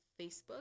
Facebook